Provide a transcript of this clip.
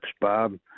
Bob